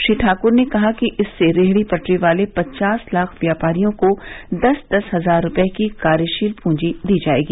श्री ठाक्र ने कहा कि इससे रेहड़ी पटरी वाले पचास लाख व्यापारियों को दस दस हजार रुपये की कार्यशील पूजी दी जाएगी